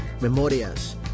memorias